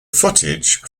footage